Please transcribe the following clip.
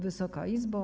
Wysoka Izbo!